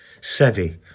Seve